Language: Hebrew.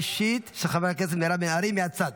הודעה אישית של חברת הכנסת מירב בן ארי, מהצד.